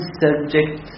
subject